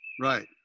Right